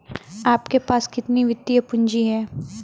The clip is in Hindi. आपके पास कितनी वित्तीय पूँजी है?